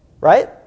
Right